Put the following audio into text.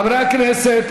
חברי הכנסת,